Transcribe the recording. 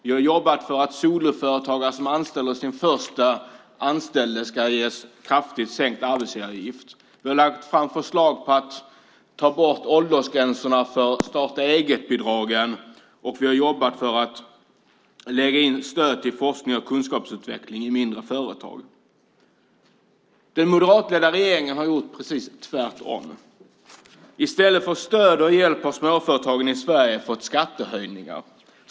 Vi har jobbat för att soloföretagare som anställer sin första person ska få kraftigt sänkta arbetsgivaravgifter. Vi har lagt fram förslag på att ta bort åldersgränserna för starta-eget-bidragen, och vi har jobbat för att lägga in stöd till forskning och kunskapsutveckling i mindre företag. Den moderatledda regeringen har gjort precis tvärtom. I stället för stöd och hjälp har småföretagen i Sverige fått skattehöjningar.